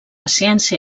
ciència